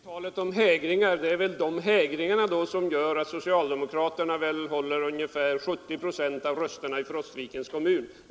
Fru talman! Det är väl i så fall de hägringarna som gör att ungefär 70 procent av rösterna i Frostvikens kommun gått till socialdemokraterna.